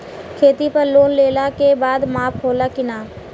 खेती पर लोन लेला के बाद माफ़ होला की ना?